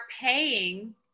paying